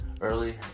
early